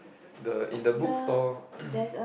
the in the book store